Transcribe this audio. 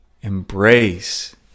embrace